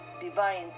divine